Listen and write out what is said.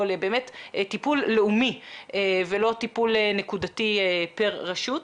לטיפול לאומי ולא טיפול נקודתי פר רשות.